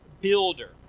builder